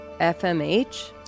FMH